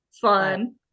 Fun